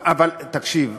תקשיב,